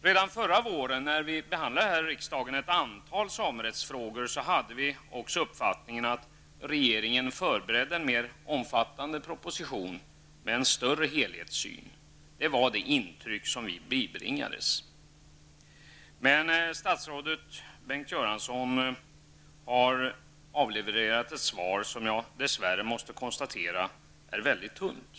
Redan förra våren när riksdagen behandlade ett antal samerättsfrågor, hade vi uppfattningen att regeringen förberedde en mer omfattande proposition med en större helhetssyn. Det var det intryck vi bibringades. Statsrådet Bengt Göransson har avlevererat ett svar som, måste jag dess värre konstatera, är väldigt tunt.